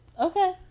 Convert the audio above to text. Okay